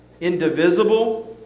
indivisible